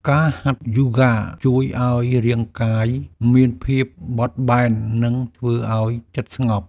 ការហាត់ យូហ្គា ជួយឱ្យរាងកាយមានភាពបត់បែន និងធ្វើឲ្យចិត្តស្ងប់។